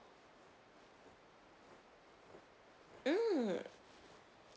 mm